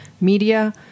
media